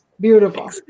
beautiful